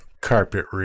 Carpet